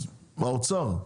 אז באוצר,